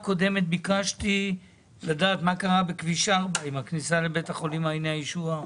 אני מבקשת שתבדוק גם את עוטף עזה בהמשך לשאילתה שאני הגשתי.